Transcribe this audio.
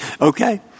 Okay